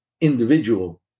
individual